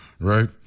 right